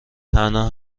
تنها